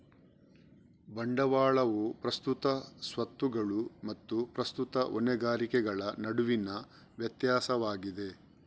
ಬಂಡವಾಳವು ಪ್ರಸ್ತುತ ಸ್ವತ್ತುಗಳು ಮತ್ತು ಪ್ರಸ್ತುತ ಹೊಣೆಗಾರಿಕೆಗಳ ನಡುವಿನ ವ್ಯತ್ಯಾಸವಾಗಿದೆ